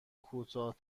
کوتاه